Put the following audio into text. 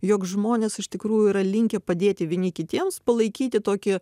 jog žmonės iš tikrųjų yra linkę padėti vieni kitiems palaikyti tokį